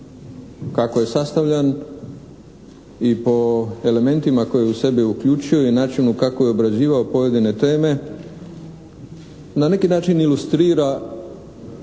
kako je sastavljan i po elementima koje je u sebi uključio i u načinu kako je obrađivao pojedine teme na neki način ilustrira